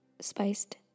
spiced